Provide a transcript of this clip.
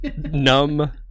numb